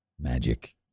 magic